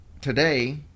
Today